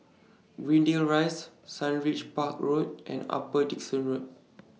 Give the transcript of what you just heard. Greendale Rise Sundridge Park Road and Upper Dickson Road